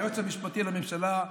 ליועץ המשפטי לממשלה,